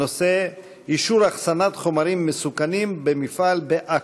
הנושא: אישור אחסנת חומרים מסוכנים במפעל בעכו.